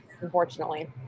unfortunately